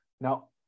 Now